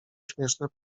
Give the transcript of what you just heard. śmieszne